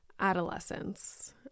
adolescence